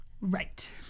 Right